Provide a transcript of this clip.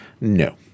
No